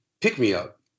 pick-me-up